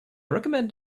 recommend